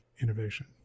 innovation